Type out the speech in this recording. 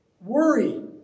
worry